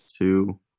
two